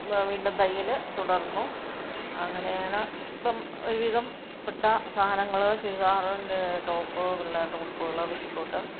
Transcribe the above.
വ് വീണ്ടും തയ്യൽ തുടർന്നു അങ്ങനെയാണ് ഇപ്പം ഒരുവിധം പെട്ട സാധനങ്ങൾ ചുരിദാറിൻ്റെ ടോപ്പ് പിള്ളേരുടെ ഉടുപ്പുകൾ പെറ്റിക്കോട്ട്